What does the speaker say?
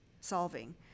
solving